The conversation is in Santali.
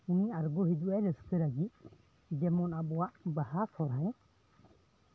ᱟᱬᱜᱚ ᱦᱤᱡᱩᱜ ᱟᱭ ᱨᱟᱹᱥᱠᱟᱹ ᱞᱟᱹᱜᱤᱫ ᱡᱮᱢᱚᱱ ᱟᱵᱚᱣᱟᱜ ᱵᱟᱦᱟ ᱥᱚᱦᱨᱟᱭ